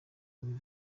uyu